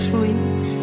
Sweet